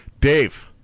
Dave